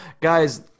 guys